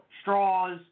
straws